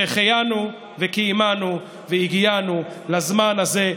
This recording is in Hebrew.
שהחיינו וקיימנו והגיענו לזמן הזה.